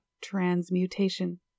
transmutation